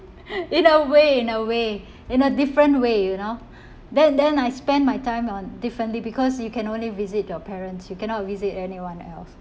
in a way in a way in a different way you know that then I spend my time on differently because you can only visit your parents you cannot visit anyone else